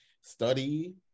study